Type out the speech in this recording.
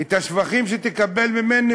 את השבחים שתקבל ממני,